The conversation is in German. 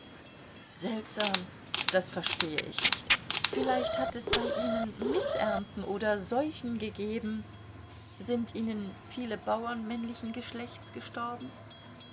seltsam das verstehe ich nicht vielleicht hat es bei ihnen mißernten oder seuchen gegeben sind ihnen viele bauern männlichen geschlechts gestorben